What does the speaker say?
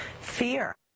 fear